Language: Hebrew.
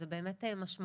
זה באמת משמעותי.